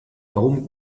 warum